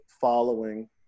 following